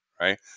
right